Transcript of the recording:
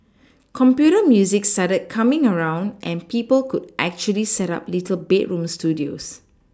computer music started coming around and people could actually set up little bedroom studios